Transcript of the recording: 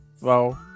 Wow